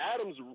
Adam's